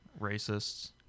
racists